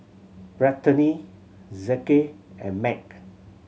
Brittanie Zeke and Mack